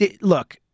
Look